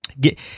Get